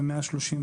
ו-131 שוטרי